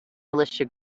militia